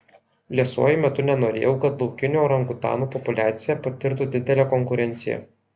liesuoju metu nenorėjau kad laukinių orangutanų populiacija patirtų didelę konkurenciją